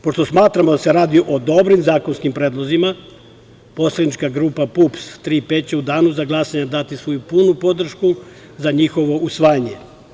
Pošto smatramo da se radi o dobrim zakonskim predlozima Poslanička grupa PUPS - „Tri P“ će u danu za glasanje dati svoju punu podršku za njihovo usvajanje.